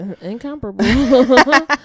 incomparable